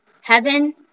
Heaven